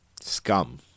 Scum